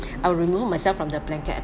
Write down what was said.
I will remove myself from the blanket